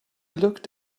looked